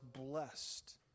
blessed